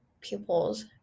people's